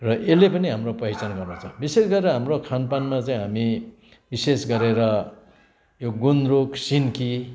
र यसले पनि हाम्रो पहिचान गराउँछ विशेष गरेर हाम्रो खानपानमा चाहिँ हामी विशेष गरेर यो गुन्द्रुक सिन्की